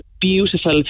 beautiful